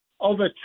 over